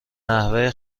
نحوه